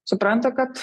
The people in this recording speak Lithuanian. supranta kad